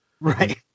Right